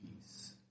peace